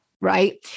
right